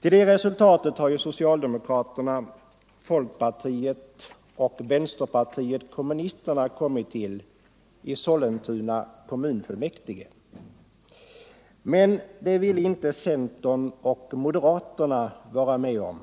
Till det resultatet har socialdemokraterna, folkpartiet och kommunisterna kommit i Sollentuna kommunfullmäktige. Men det ville inte centern och moderaterna vara med om.